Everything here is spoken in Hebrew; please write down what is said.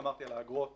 האגרות